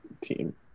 team